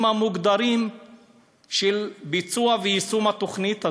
המוגדרים של הביצוע והיישום של התוכנית הזו.